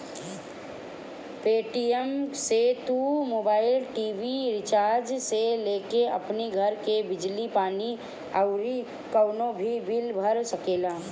Paytm से तू mobile, TV recharge से लेके अपनी घर के बिजली पानी अउरी कवनो भी बिल भर सकेला